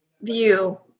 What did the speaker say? View